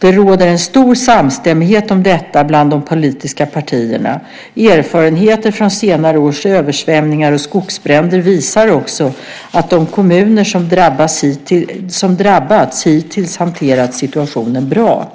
Det råder en stor samstämmighet om detta bland de politiska partierna. Erfarenheter från senare års översvämningar och skogsbränder visar också att de kommuner som drabbats hittills hanterat situationen bra.